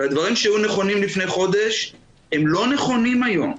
הדברים שהיו נכונים לפני חודש הם לא נכונים היום.